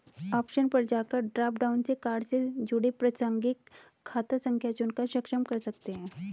option पर जाकर drop down से कार्ड से जुड़ी प्रासंगिक खाता संख्या चुनकर सक्षम कर सकते है